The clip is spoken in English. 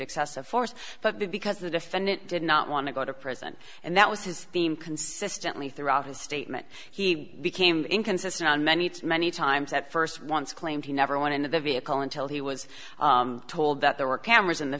excessive force but the because the defendant did not want to go to prison and that was his theme consistently throughout his statement he became inconsistent on many many times that first once claimed he never went into the vehicle until he was told that there were cameras in the